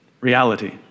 reality